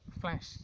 flash